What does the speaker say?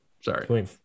Sorry